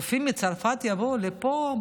רופאים מצרפת יבואו לפה?